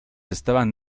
estaban